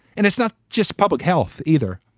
and it's not just public health either.